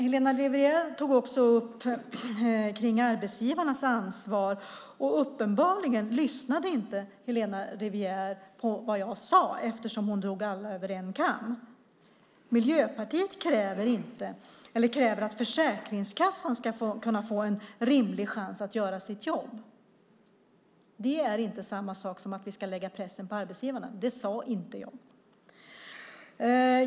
Helena Rivière tog också upp arbetsgivarnas ansvar, och uppenbarligen lyssnade inte Helena Rivière på vad jag sade eftersom hon drog alla över en kam. Miljöpartiet kräver att Försäkringskassan ska kunna få en rimlig chans att göra sitt jobb. Det är inte samma sak som att vi ska lägga pressen på arbetsgivarna. Det sade jag inte.